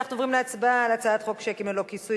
אנחנו עוברים להצבעה על הצעת חוק שיקים ללא כיסוי